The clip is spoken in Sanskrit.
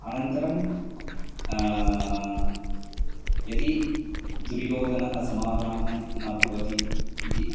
अनन्तरं यदि दुर्योधनस्य समाधानं न भवति इति